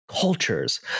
cultures